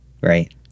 Right